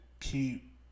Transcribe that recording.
Keep